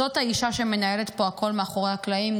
זאת האישה שמנהלת פה הכול מאחורי הקלעים,